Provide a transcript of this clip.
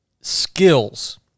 skills